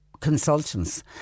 consultants